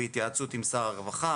בהתייעצות עם שר הרווחה,